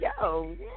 yo